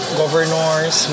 governors